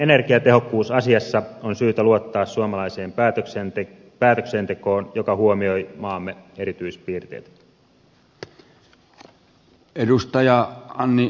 energiatehokkuus asiassa on syytä luottaa suomalaiseen päätöksentekoon joka huomioi maamme erityispiirteet